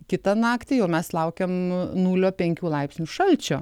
kitą naktį jau mes laukiam nulio penkių laipsnių šalčio